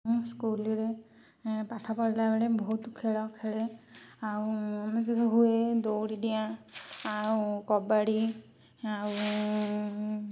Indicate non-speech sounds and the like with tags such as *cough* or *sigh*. ମୁଁ ସ୍କୁଲରେ ପାଠ ପଢ଼ିଲା ବେଳେ ବହୁତ ଖେଳ ଖେଳେ ଆଉ *unintelligible* ହୁଏ ଦୌଡ଼ି ଡିଆଁ ଆଉ କବାଡ଼ି ଆଉ